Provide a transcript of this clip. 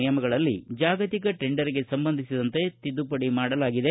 ನಿಯಮಗಳಲ್ಲಿ ಜಾಗತಿಕ ಟೆಂಡರ್ಗೆ ಸಂಬಂಧಿಸಿದಂತೆ ತಿದ್ದುಪಡಿ ಮಾಡಲಾಗಿದೆ